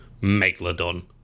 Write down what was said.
Megalodon